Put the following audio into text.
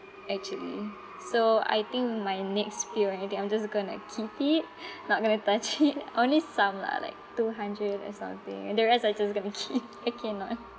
actually so I think my next pay or anything I'm just going to keep it not going to touch it only some lah like two hundred or something and the rest I just going to keep I cannot